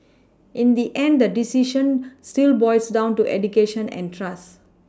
in the end the decision still boils down to education and trust